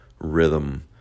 rhythm